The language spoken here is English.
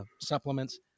supplements